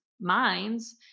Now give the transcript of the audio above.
minds